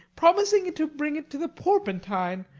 promising to bring it to the porpentine,